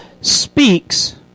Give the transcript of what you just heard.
speaks